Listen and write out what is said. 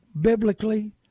biblically